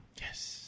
Yes